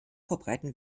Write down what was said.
verbreiten